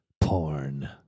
porn